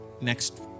next